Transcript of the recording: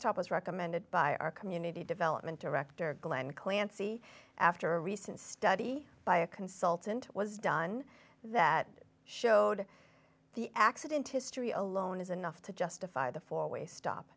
stop as recommended by our community development director glenn clancy after a recent study by a consultant was done that showed the accident history alone is enough to justify the four way stop